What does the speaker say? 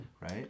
right